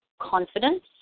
confidence